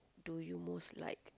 do you most like